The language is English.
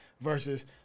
versus